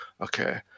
okay